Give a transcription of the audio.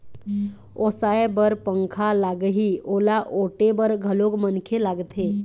ओसाय बर पंखा लागही, ओला ओटे बर घलोक मनखे लागथे